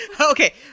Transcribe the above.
Okay